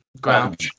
ground